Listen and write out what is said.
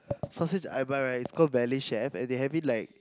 sausage I buy right it's called ballet chef and they have it like